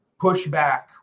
pushback